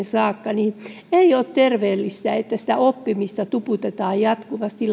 saakka niin ei ole terveellistä että sitä oppimista tuputetaan jatkuvasti